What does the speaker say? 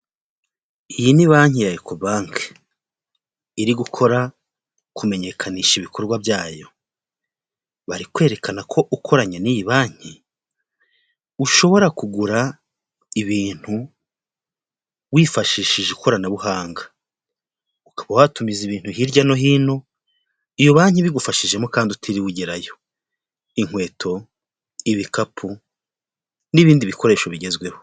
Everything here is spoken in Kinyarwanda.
Iyi ni banki ya ekobanke iri gukora kumenyekanisha ibikorwa byayo, bari kwerekana ko ukoranye n'iyi banki ushobora kugura ibintu wifashishije ikoranabuhanga, ukaba watumiza ibintu hirya no hino iyo banki ibigufashijemo kandi utiriwe ugerayo, inkweto, ibikapu, n'ibindi bikoresho bigezweho.